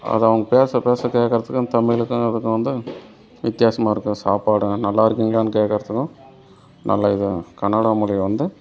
அதை அவங்க பேச பேச கேட்கறதுக்கும் தமிழுக்கும் அதுக்கும் வந்து வித்தியாசமாக இருக்கும் சாப்பாடும் நல்லாயிருக்குங்களான்னு கேட்கறதுக்கும் நல்ல இது கனடா மொழி வந்து